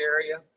area